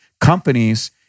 companies